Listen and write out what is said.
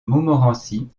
montmorency